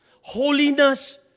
Holiness